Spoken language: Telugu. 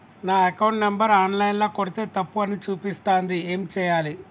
నా అకౌంట్ నంబర్ ఆన్ లైన్ ల కొడ్తే తప్పు అని చూపిస్తాంది ఏం చేయాలి?